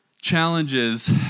challenges